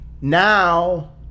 now